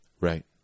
right